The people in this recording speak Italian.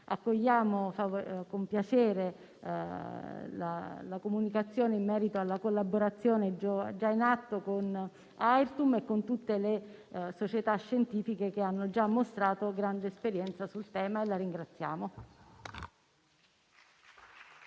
Accogliamo con piacere la comunicazione in merito alla collaborazione già in atto con Airtum e con tutte le società scientifiche che hanno già mostrato grande esperienza sul tema e la ringraziamo.